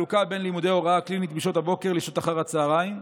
וחלוקה בין לימודי הוראה קלינית בשעות הבוקר לשעות אחר הצוהריים.